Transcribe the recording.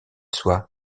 soient